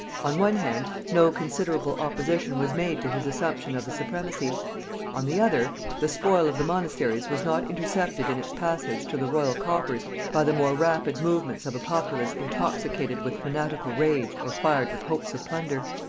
on one hand, no considerable opposition was made to his assumption of the supremacy on the other, the spoil of the monasteries was not intercepted in its passage to the royal coffers by the more rapid movements of a populace intoxicated with fanatical rage or fired with hopes of plunder.